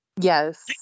Yes